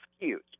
excuse